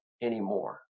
anymore